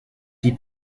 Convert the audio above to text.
die